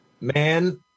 man